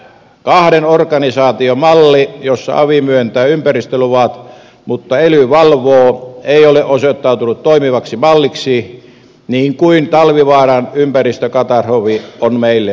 kahden organisaation malli jossa avi myöntää ympäristöluvat mutta ely valvoo ei ole osoittautunut toimivaksi malliksi niin kuin talvivaaran ympäristökatastrofi on meille osoittanut